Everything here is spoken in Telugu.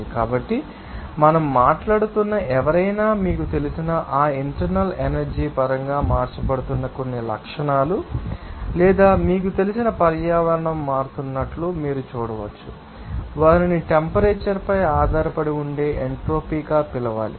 కాబట్టి మనం మాట్లాడుతున్న ఎవరైనా మీకు తెలిసిన ఆ ఇంటర్నల్ ఎనర్జీ పరంగా మార్చబడుతున్న కొన్ని లక్షణాలు లేదా మీకు తెలిసిన పర్యావరణం మారుతున్నట్లు మీరు చూడవచ్చు వారిని టెంపరేచర్ పై ఆధారపడి ఉండే ఎంట్రోపీగా పిలవాలి